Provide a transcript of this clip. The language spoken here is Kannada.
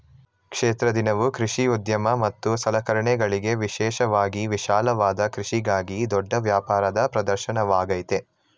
ಕ್ಷೇತ್ರ ದಿನವು ಕೃಷಿ ಉದ್ಯಮ ಮತ್ತು ಸಲಕರಣೆಗಳಿಗೆ ವಿಶೇಷವಾಗಿ ವಿಶಾಲವಾದ ಕೃಷಿಗಾಗಿ ದೊಡ್ಡ ವ್ಯಾಪಾರದ ಪ್ರದರ್ಶನವಾಗಯ್ತೆ